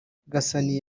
gasani